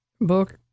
book